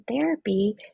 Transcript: therapy